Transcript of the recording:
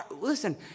Listen